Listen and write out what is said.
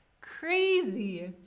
Crazy